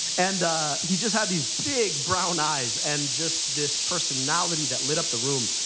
and he just had these big brown eyes, and just, this personality that lit up the room.